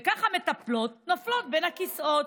וכך המטפלות נופלות בין הכיסאות.